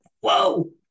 whoa